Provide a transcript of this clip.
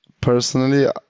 personally